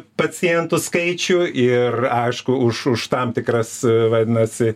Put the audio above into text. pacientų skaičių ir aišku už už tam tikras vadinasi